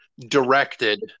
directed